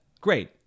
Great